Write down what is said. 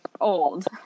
old